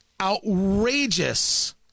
outrageous